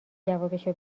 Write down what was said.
جوابشو